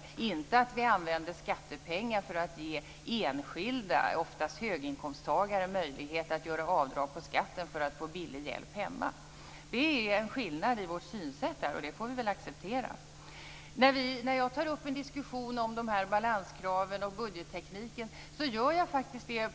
Skattepengar skall inte användas för att ge enskilda, oftast höginkomsttagare, möjlighet att göra avdrag på skatten för att få billig hjälp hemma. Det är en skillnad i vårt synsätt, och det får vi väl acceptera. Jag tar upp diskussionen om balanskrav och budgetteknik